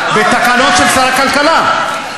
בתקנות של שר הכלכלה.